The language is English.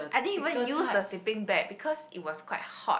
I didn't even use the sleeping bag because it was quite hot